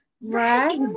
right